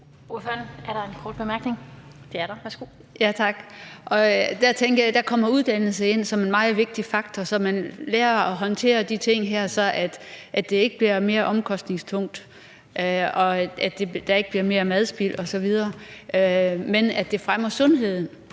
Der tænker jeg, at uddannelse kommer ind som en meget vigtig faktor, så man lærer at håndtere de her ting, så det ikke bliver mere omkostningstungt og der ikke bliver mere madspild osv., men at det fremmer sundheden